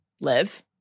live